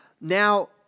Now